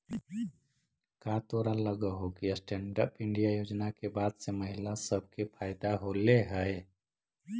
का तोरा लग हो कि स्टैन्ड अप इंडिया योजना के बाद से महिला सब के फयदा होलई हे?